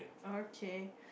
okay